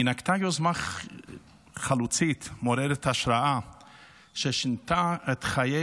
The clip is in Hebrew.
היא נקטה יוזמה חלוצית מעוררת השראה ששינתה את חיי